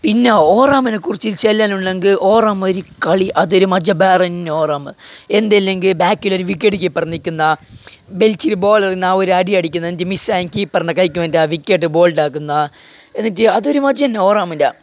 പിന്നെ over arm നെ കുറിച്ച് ചൊല്ലാനുണ്ടെങ്കിൽ ഓവർ ആം കളി അത് മജ്ജ വേറെ തന്നെ ഓവർ ആം എന്തല്ലെങ്കിൽ ബാക്കിലൊരു വിക്കറ്റ് കീപ്പറ് നിൽക്കുന്ന വെച്ചിട്ട് ബോളടിക്കുന്ന ആ ഒരടി അടിക്കുന്ന മിസ്സായി കീപ്പറിനെ വിക്കറ്റ് ബോൾ ഔട്ടാക്കുന്ന അതൊരു മജ്ജ തന്നെ ഓവർ ആം ൻ്റെ